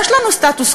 יש לנו סטטוס-קוו,